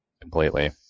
completely